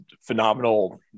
phenomenal